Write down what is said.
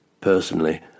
Personally